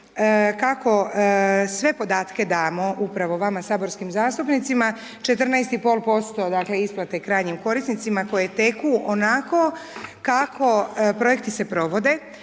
kako sve podatke damo upravo vama saborskim zastupnicima 14,5%, dakle, isplate krajnjim korisnicima koje teku onako kako projekti se provode,